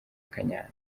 kanyanga